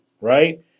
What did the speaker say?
Right